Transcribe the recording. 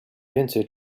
więcej